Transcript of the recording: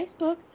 Facebook